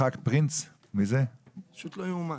אני רוצה שאחד החניכים